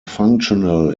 functional